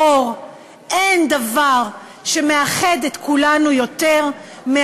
דת, לא של גזע, לא של מין?